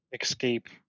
escape